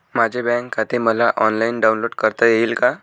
माझे बँक खाते मला ऑनलाईन डाउनलोड करता येईल का?